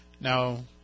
Now